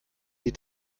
die